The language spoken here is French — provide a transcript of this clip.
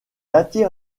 attire